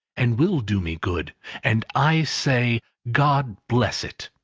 and will do me good and i say, god bless it!